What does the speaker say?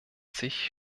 sich